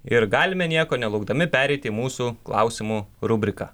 ir galime nieko nelaukdami pereiti į mūsų klausimų rubriką